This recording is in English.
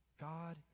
God